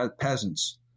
peasants